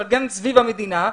אבל גם סביב המדינה.